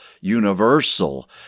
universal